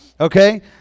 okay